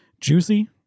juicy